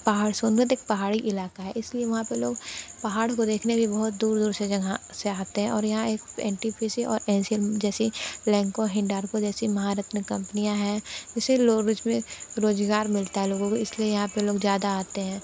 पहाड़ सोनभद्र एक पहाड़ी इलाका है इसलिए वहाँ पर लोग पहाड़ों को देखने के लिए बहुत दूर दूर से जगह से आते हैं और यहाँ एक एन टी पी सी और ए सी एम जैसी लेंको हिंडालको जैसी महारत्न कम्पनियाँ हैं जिसे में रोजगार मिलता है लोगों को इसलिए यहाँ पर लोग ज्यादा आते हैं